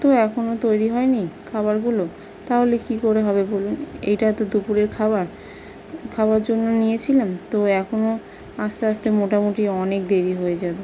তো এখনো তৈরি হয় নি খাবারগুলো তাহলে কী করে হবে বলুন এটা তো দুপুরের খাবার খাওয়ার জন্য নিয়েছিলাম তো এখনো আসতে আসতে মোটামুটি অনেক দেরি হয়ে যাবে